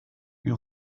eut